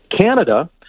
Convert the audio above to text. Canada